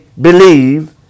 believe